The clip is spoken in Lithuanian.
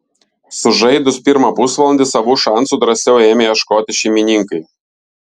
sužaidus pirmą pusvalandį savų šansų drąsiau ėmė ieškoti šeimininkai